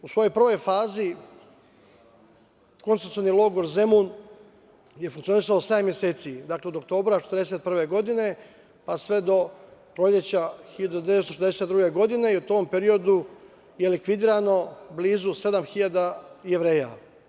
U svojoj prvoj fazi, koncentracioni logor Zemun je funkcionisao sedam meseci, dakle, od oktobra 1941. godine, pa sve do proleća 1942. godine i u tom periodu je likvidirano blizu 7.000 Jevreja.